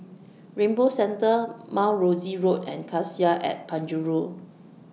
Rainbow Centre Mount Rosie Road and Cassia At Penjuru